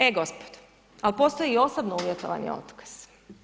E gospodo, ali postoji i osobno uvjetovani otkaz.